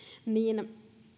niin